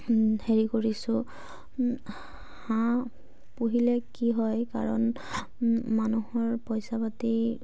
হেৰি কৰিছোঁ হাঁহ পুহিলে কি হয় কাৰণ মানুহৰ পইচা পাতি